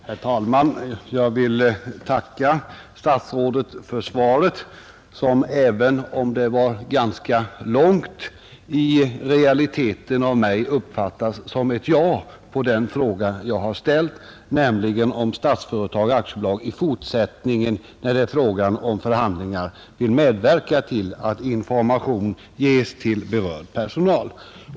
Herr talman! Jag vill tacka industriministern för svaret, som även om det var ganska långt i realiteten av mig uppfattas som ett ja på den fråga jag ställt, nämligen om Statsföretag AB i fortsättningen när det är fråga om förhandlingar vill medverka till att information ges till berörd personal.